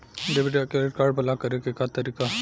Debit या credit card block करे के का तरीका ह?